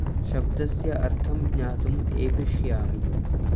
शब्दस्य अर्थं ज्ञातुम् एष्यामि